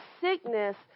sickness